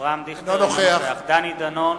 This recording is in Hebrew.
אינו נוכח דני דנון,